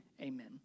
amen